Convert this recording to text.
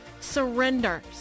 surrender